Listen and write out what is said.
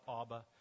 Abba